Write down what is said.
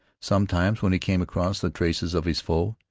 sometimes when he came across the traces of his foe,